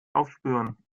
aufspüren